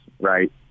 right